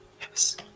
Yes